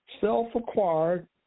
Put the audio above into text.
Self-acquired